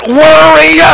worry